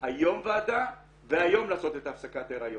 היום ועדה והיום לעשות את הפסקת ההריון.